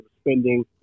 spending